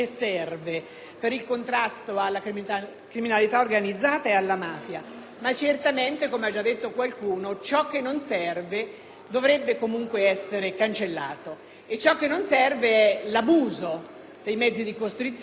ma certamente, come ha già detto qualcuno, ciò che non serve dovrebbe comunque essere cancellato. E ciò che non serve è l'abuso dei mezzi di costrizione fatto nel momento in cui si è già rilevato